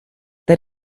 that